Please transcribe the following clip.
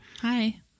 hi